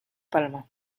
palma